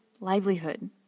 livelihood